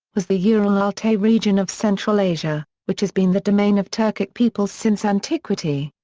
was the ural-altay region of central asia, which has been the domain of turkic peoples since antiquity.